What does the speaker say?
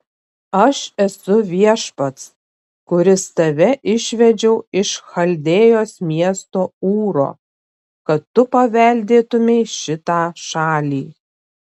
aš esu viešpats kuris tave išvedžiau iš chaldėjos miesto ūro kad tu paveldėtumei šitą šalį